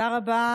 בבקשה,